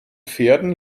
pferden